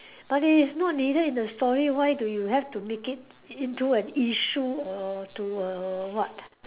but it is not needed in a story why do you have to make it into an issue or to a what